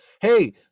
Hey